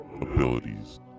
abilities